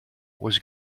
was